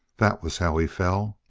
that was how he fell!